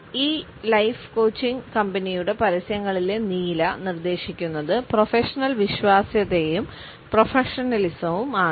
ഈ life coaching കമ്പനിയുടെ പരസ്യങ്ങളിലെ നീല നിർദ്ദേശിക്കുന്നത് പ്രൊഫഷണൽ വിശ്വാസ്യതയും പ്രൊഫഷണലിസവും ആണ്